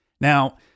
Now